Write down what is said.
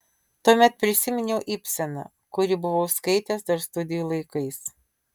tuomet prisiminiau ibseną kurį buvau skaitęs dar studijų laikais